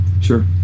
sure